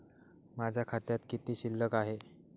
माझ्या खात्यात किती शिल्लक आहे?